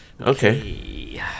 Okay